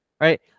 Right